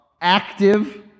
active